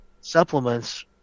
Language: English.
supplements